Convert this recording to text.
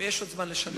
ויש עוד זמן לשנות.